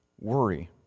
worry